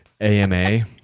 AMA